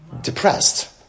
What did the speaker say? depressed